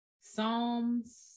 Psalms